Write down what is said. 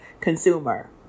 consumer